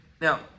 Now